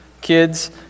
kids